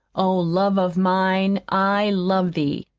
oh, love of mine, i love thee.